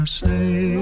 say